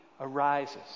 arises